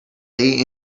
day